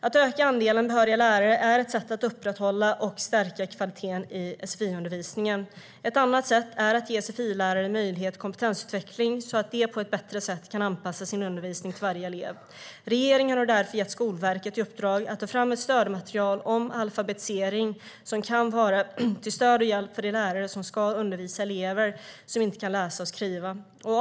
Att öka andelen behöriga lärare är ett sätt att upprätthålla och stärka kvaliteten i sfi-undervisningen. Ett annat sätt är att ge sfi-lärare möjlighet till kompetensutveckling så att de på ett bättre sätt kan anpassa sin undervisning till varje elev. Regeringen har därför gett Skolverket i uppdrag att ta fram ett stödmaterial om alfabetisering som kan vara till stöd och hjälp för de lärare som ska undervisa elever som inte kan läsa och skriva.